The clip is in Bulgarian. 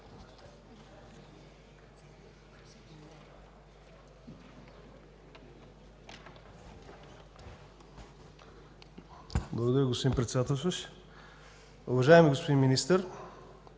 Благодаря, господин Председателстващ. Уважаеми господин Министър,